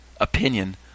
opinion